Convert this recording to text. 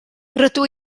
rydw